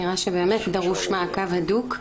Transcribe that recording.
נראה שבאמת דרוש מעקב הדוק.